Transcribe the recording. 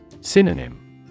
Synonym